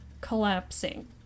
collapsing